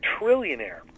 trillionaire